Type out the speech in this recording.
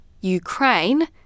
Ukraine